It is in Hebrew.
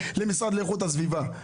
למשרד לאיכות הסביבה.